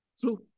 True